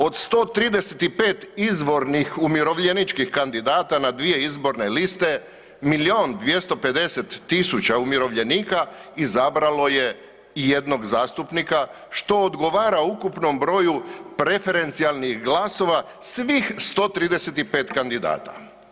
Od 135 izvornih umirovljeničkih kandidata na 2 izborne liste, 1 250 000 umirovljenika izabralo je i jednog zastupnika, što odgovara ukupnom broju preferencijalnih glasova svih 135 kandidata.